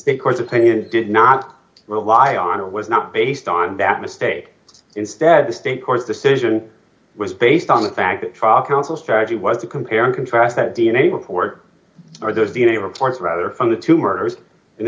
because the thing is did not rely on it was not based on bad mistake instead the state court decision was based on the fact that trial counsel strategy was to compare and contrast that d n a report or those d n a reports rather from the two murders and